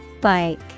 Bike